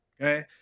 Okay